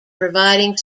providing